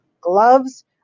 Gloves